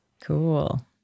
Cool